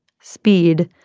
speed